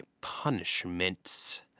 punishments